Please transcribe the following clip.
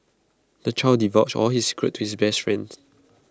the child divulged all his secrets to his best friend